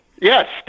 yes